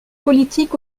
politique